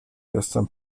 jestem